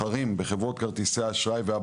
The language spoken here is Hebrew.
תצטרכו אתם וכל שאר הנציגים להראות ולהציג את